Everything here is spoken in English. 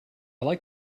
like